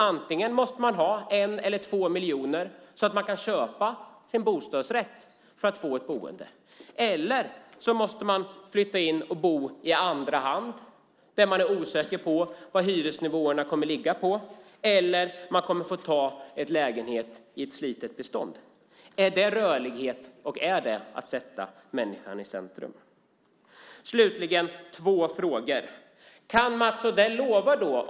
Antingen måste man ha 1 eller 2 miljoner, så att man kan köpa sin bostadsrätt för att få en bostad, eller så måste man flytta in och bo i andra hand, där man är osäker på var hyresnivåerna kommer att ligga. Man kan också behöva ta en lägenhet i ett slitet bestånd. Är det rörlighet? Är det att sätta människan i centrum? Slutligen har jag två frågor.